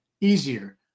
easier